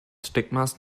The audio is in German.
stigmas